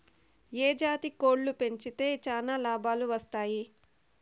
ఏ జాతి కోళ్లు పెంచితే చానా లాభాలు వస్తాయి?